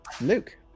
Luke